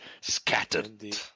scattered